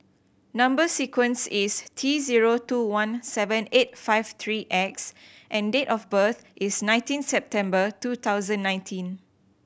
number sequence is T zero two one seven eight five three X and date of birth is nineteen September two thousand nineteen